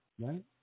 right